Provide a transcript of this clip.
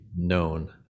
known